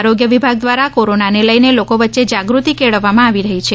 આરોગ્ય વિભાગ દ્વારા કોરોનાને લઈને લોકો વચ્ચે જાગૃતિ કેળવવામાં આવી રહી છે